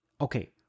Okay